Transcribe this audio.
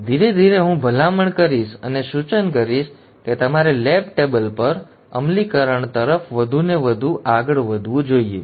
તેથી ધીરે ધીરે હું ભલામણ કરીશ અને સૂચન કરીશ કે તમારે લેબ ટેબલ પર અમલીકરણ તરફ વધુને વધુ આગળ વધવું જોઈએ